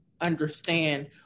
understand